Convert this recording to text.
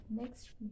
next